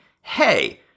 hey